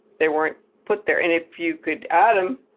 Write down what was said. they weren't put there and if you could add them,